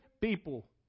people